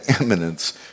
eminence